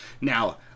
Now